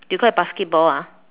you call it basketball ah